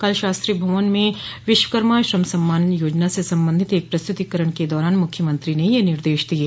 कल शास्त्री भवन में विश्वकर्मा श्रम सम्मान योजना से संबंधित एक प्रस्तुतीकरण के दौरान मुख्यमंत्री ने ये निर्देश दिये